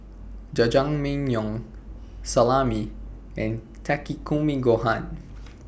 Jajangmyeon Salami and Takikomi Gohan